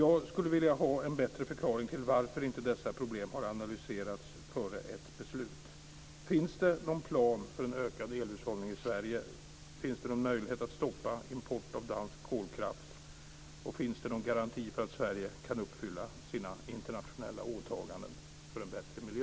Jag skulle vilja ha en bättre förklaring till varför inte dessa problem har analyserats före ett beslut. Finns det någon plan för ökad elhushållning i Sverige? Finns det någon möjlighet att stoppa import av dansk kolkraft? Och finns det någon garanti för att Sverige kan uppfylla sina internationella åtaganden för en bättre miljö?